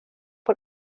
por